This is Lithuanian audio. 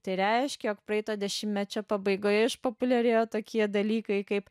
tai reiškia jog praeito dešimtmečio pabaigoje išpopuliarėjo tokie dalykai kaip